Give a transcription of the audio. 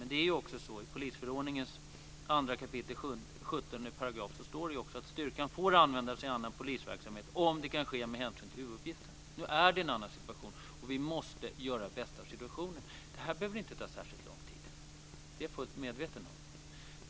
Men i polisförordningens 2 kap. 17 § står det också att styrkan får användas i annan polisverksamhet om det kan ske med hänsyn till huvuduppgiften. Nu är det en annan situation, och vi måste göra det bästa av situationen. Det här behöver inte ta särskilt lång tid; det är jag fullt medveten om.